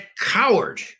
coward